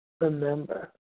Remember